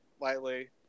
lightly